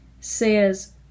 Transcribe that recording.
says